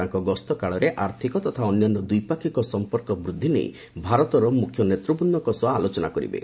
ତାଙ୍କ ଗସ୍ତ କାଳରେ ଆର୍ଥିକ ତଥା ଅନ୍ୟାନ୍ୟ ଦ୍ୱିପାକ୍ଷିକ ସଂପର୍କ ବୃଦ୍ଧି ନେଇ ଭାରତର ମୁଖ୍ୟ ନେତୃବୃନ୍ଦଙ୍କ ସହ ଆଲୋଚନା କରିବେ